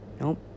nope